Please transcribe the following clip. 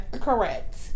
Correct